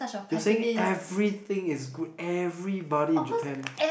you're saying everything is good everybody in Japan